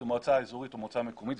זו מועצה אזורית או מועצה מקומית,